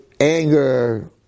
anger